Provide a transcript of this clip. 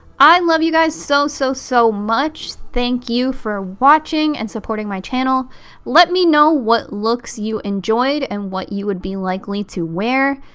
i love you guys so so so much. thank you for watching and supporting my channel let me know what looks you enjoyed and what you would be likely to wear.